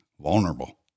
vulnerable